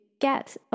get